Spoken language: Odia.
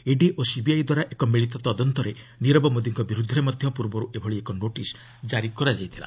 ଇଡି ଓ ସିବିଆଇ ଦ୍ୱାରା ଏକ ମିଳିତ ତଦନ୍ତରେ ନିରବ ମୋଦିଙ୍କ ବିରୁଦ୍ଧରେ ମଧ୍ୟ ପୂର୍ବରୁ ଏଭଳି ଏକ ନୋଟିସ୍ ଜାରି କରାଯାଇଥିଲା